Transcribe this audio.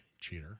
cheater